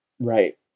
Right